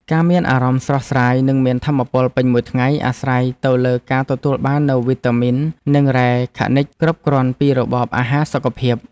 ការមានអារម្មណ៍ស្រស់ស្រាយនិងមានថាមពលពេញមួយថ្ងៃអាស្រ័យទៅលើការទទួលបាននូវវីតាមីននិងរ៉ែខនិកគ្រប់គ្រាន់ពីរបបអាហារសុខភាព។